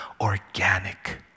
organic